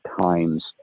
times